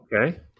okay